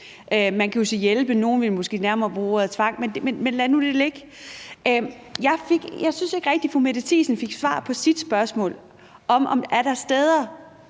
man udtrykket at hjælpe, nogle ville måske nærmere bruge ordet tvang, men lad nu det ligge. Jeg synes ikke rigtig, fru Mette Thiesen fik svar på sit spørgsmål om, om der er steder,